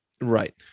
Right